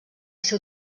ser